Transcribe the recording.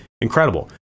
incredible